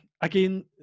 again